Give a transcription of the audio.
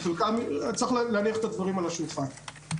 צריך להניח את הדברים על השולחן.